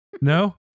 no